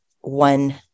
one